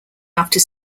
after